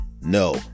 No